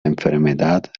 enfermedad